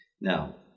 Now